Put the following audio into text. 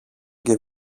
και